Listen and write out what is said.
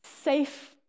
safe